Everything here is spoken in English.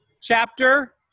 chapter